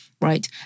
right